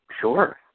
sure